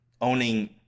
owning